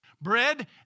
Bread